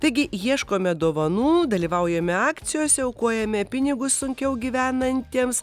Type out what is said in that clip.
taigi ieškome dovanų dalyvaujame akcijose aukojame pinigus sunkiau gyvenantiems